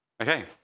Okay